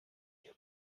ich